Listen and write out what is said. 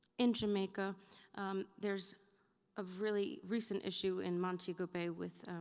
in jamaica there's a really recent issue in montego bay with